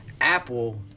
Apple